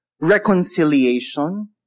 reconciliation